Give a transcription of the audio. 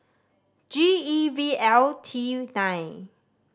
G E V L T nine